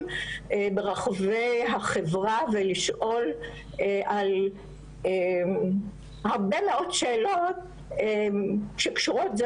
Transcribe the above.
ברחבי החברה ולשאול על הרבה מאוד שאלות שקשורות זה